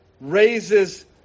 raises